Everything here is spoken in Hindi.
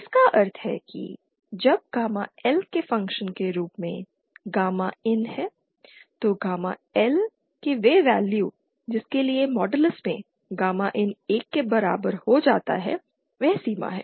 इसका अर्थ है कि जब गामा L के फंक्शन के रूप में गामा IN है तो गामा L के वे वैल्यू जिसके लिए मॉडलस में गामा IN 1 के बराबर हो जाता है वह सीमा है